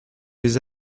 les